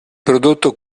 prodotto